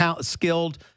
skilled